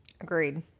agreed